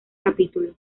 capítulo